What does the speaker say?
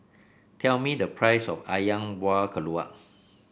tell me the price of ayam Buah Keluak